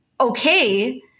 okay